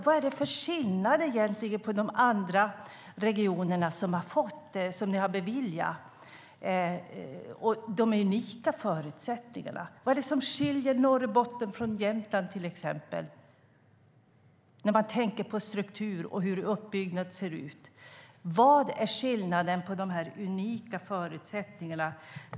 Vad är det för skillnad mellan oss och de regioner som ni har beviljat detta? Vad är det för unika förutsättningar som skiljer Norrbotten från till exempel Jämtland när man tänker på struktur och hur uppbyggnaden ser ut? Vad gör de här unika förutsättningarna för skillnad?